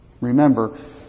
Remember